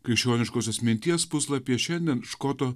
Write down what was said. krikščioniškosios minties puslapyje šiandien škoto